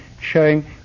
showing